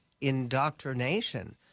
indoctrination